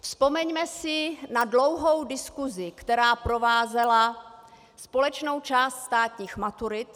Vzpomeňme si na dlouhou diskusi, která provázela společnou část státních maturit.